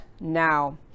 now